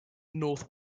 north